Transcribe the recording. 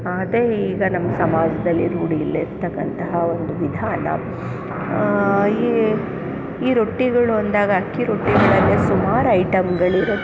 ಅದೇ ಈಗ ನಮ್ಮ ಸಮಾಜದಲ್ಲಿ ರೂಡಿಯಲ್ಲಿರ್ತಕ್ಕಂತಹ ಒಂದು ವಿಧಾನ ಈ ಈ ರೊಟ್ಟಿಗಳು ಅಂದಾಗ ಅಕ್ಕಿ ರೊಟ್ಟಿನಲ್ಲೇ ಸುಮಾರು ಐಟಮ್ಗಳಿವೆ